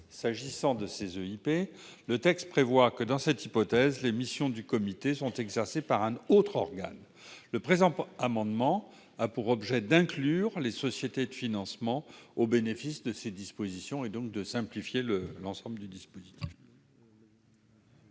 S'agissant de ces entités, le texte prévoit que, dans cette hypothèse, les missions du comité sont exercées par un autre organe. Le présent amendement a pour objet d'inclure les sociétés de financement au bénéfice de ces dispositions, donc de simplifier le l'ensemble du dispositif.